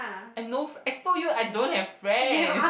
and no f~ I told you I don't have friend